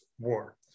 war